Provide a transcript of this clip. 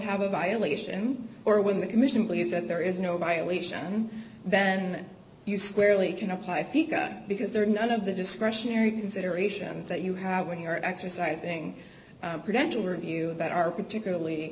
have a violation or when the commission believes that there is no violation then you squarely can apply piqua because there are none of the discretionary consideration that you have when you're exercising credential review that are particularly